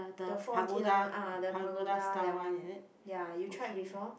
the four tier ah the Pagoda that one ya you tried before